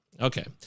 Okay